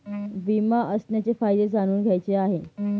विमा असण्याचे फायदे जाणून घ्यायचे आहे